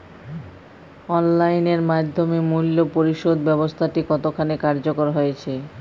Online এর মাধ্যমে মূল্য পরিশোধ ব্যাবস্থাটি কতখানি কার্যকর হয়েচে?